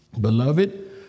Beloved